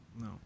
No